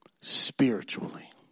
Spiritually